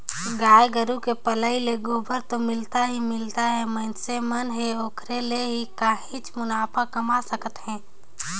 गाय गोरु के पलई ले गोबर तो मिलना ही मिलना हे मइनसे मन ह ओखरे ले ही काहेच मुनाफा कमा सकत हे